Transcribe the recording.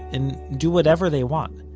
and do whatever they want.